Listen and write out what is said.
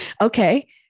Okay